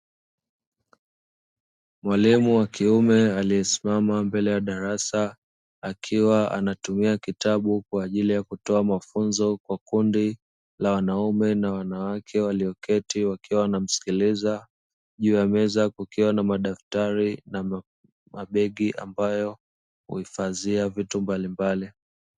Mwalimu wa kiume aliyesimama mbele ya darasa, akiwa anatumia kitabu kwajili ya kutoa mafunzo kwa kundi la wanaume na wanawake walioketi wakiwa wanamsikiliza, juu ya meza kukiwa na madaftari na mabegi ambayo huhifadhia viti mbalimbali.